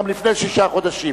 גם לפני תום שישה חודשים.